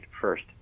first